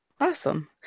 Awesome